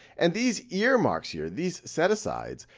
and these earmarks here, these set asides,